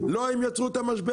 לא הם יצרו את המשבר,